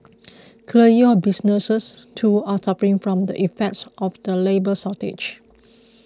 clearly your businesses too are suffering from the effects of the labour shortage